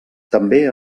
també